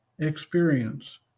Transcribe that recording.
experience